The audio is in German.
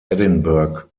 edinburgh